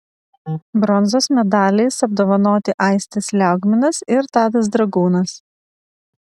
bronzos medaliais apdovanoti aistis liaugminas ir tadas dragūnas